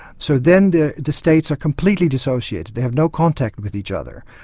so then the the states are completely disassociated, they have no contact with each other.